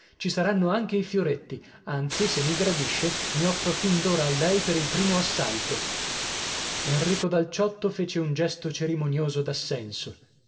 ci saranno anche i fioretti anzi se mi gradisce mi offro fin d'ora a lei per il primo assalto enrico dal ciotto fece un gesto cerimonioso